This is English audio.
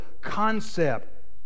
concept